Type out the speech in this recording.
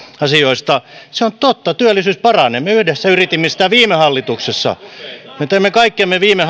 asioista se on totta että työllisyys paranee me yhdessä yritimme sitä viime hallituksessa me teimme kaikkemme viime